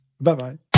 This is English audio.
Bye-bye